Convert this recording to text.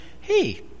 hey